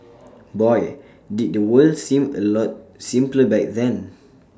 boy did the world seem A lot simpler back then